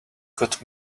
got